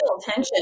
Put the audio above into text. tension